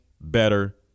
better